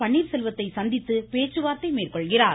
பன்னீர்செல்வத்தை சந்தித்து பேச்சுவார்த்தை மேற்கொள்கிறார்